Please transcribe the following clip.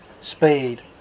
speed